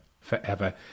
forever